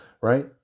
right